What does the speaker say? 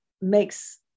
makes